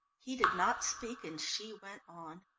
he did not speak and she went on.